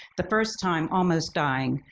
the first time almost dying,